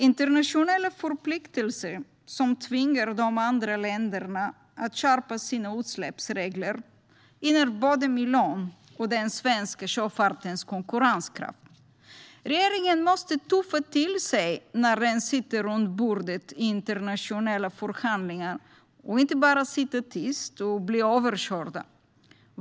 Internationella förpliktelser som tvingar de andra länderna att skärpa sina utsläppsregler gynnar både miljön och den svenska sjöfartens konkurrenskraft. Regeringen måste tuffa till sig när den sitter vid bordet i internationella förhandlingar och inte bara sitta tyst och bli överkörd.